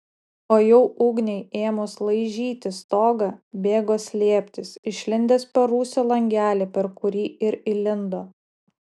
o jau ugniai ėmus laižyti stogą bėgo slėptis išlindęs per rūsio langelį per kurį ir įlindo